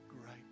Great